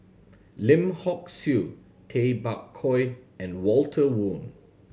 Lim Hock Siew Tay Bak Koi and Walter Woon